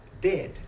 dead